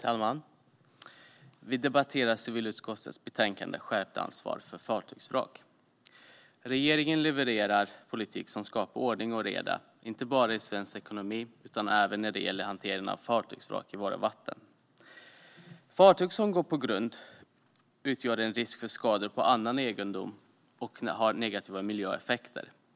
Herr talman! Vi debatterar civilutskottets betänkande Skärpt ansvar för fartygsvrak . Regeringen levererar politik som skapar ordning och reda, inte bara i svensk ekonomi utan även när det gäller hanteringen av fartygsvrak i våra vatten. Fartyg som går på grund utgör en risk för skador på annan egendom och har negativa miljöeffekter.